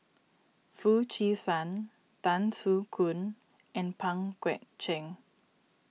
Foo Chee San Tan Soo Khoon and Pang Guek Cheng